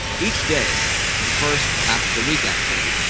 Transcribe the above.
each day the first half of the week, actually,